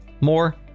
more